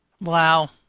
Wow